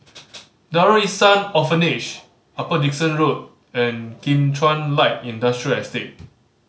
Darul Ihsan Orphanage Upper Dickson Road and Kim Chuan Light Industrial Estate